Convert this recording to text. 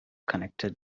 connected